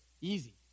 easy